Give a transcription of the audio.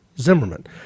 Zimmerman